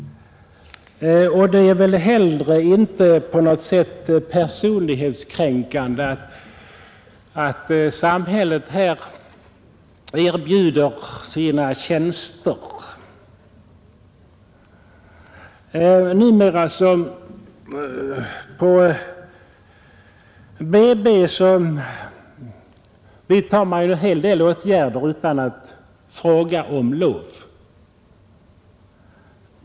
Det är väl heller inte på något sätt personlighetskränkande att samhället här erbjuder sina tjänster. Numera vidtar man en hel del åtgärder på BB utan att fråga om lov.